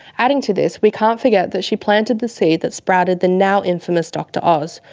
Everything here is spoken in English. adding to this, we can't forget that she planted the seed that sprouted the now infamous dr oz,